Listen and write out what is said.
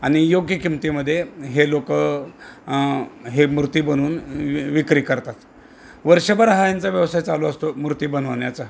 आणि योग्य किमतीमध्ये हे लोकं हे मूर्ती बनवून विक्री करतात वर्षभर ह यांंचा व्यवसाय चालू असतो मूर्ती बनवण्याचा